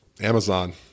Amazon